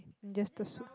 just the suit